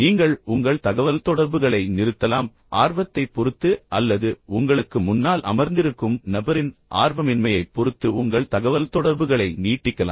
நீங்கள் உங்கள் தகவல்தொடர்புகளை நிறுத்தலாம் ஆர்வத்தைப் பொறுத்து அல்லது உங்களுக்கு முன்னால் அமர்ந்திருக்கும் நபரின் ஆர்வமின்மையைப் பொறுத்து உங்கள் தகவல்தொடர்புகளை நீட்டிக்கலாம்